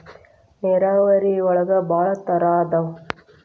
ನೇರಾವರಿ ಒಳಗ ಭಾಳ ತರಾ ಅದಾವ